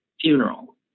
funeral